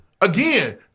Again